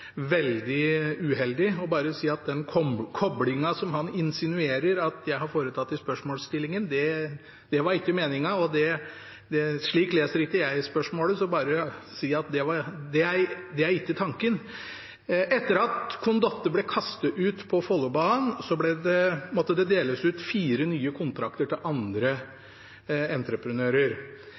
veldig uheldig. Jeg vil bare si at den koblingen som han insinuerer at jeg har foretatt i spørsmålsstillingen, ikke var meningen. Slik leser ikke jeg spørsmålet, og jeg vil bare si at det ikke er tanken. Etter at Condotte ble kastet ut fra Follobanen, måtte det deles ut fire nye kontrakter til andre entreprenører.